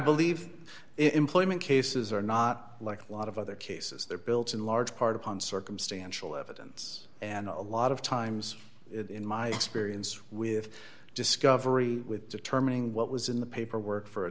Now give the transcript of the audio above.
believe it employment cases are not like lot of other cases they're built in large part upon circumstantial evidence and a lot of times in my experience with discovery with determining what was in the paperwork for a